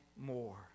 more